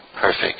perfect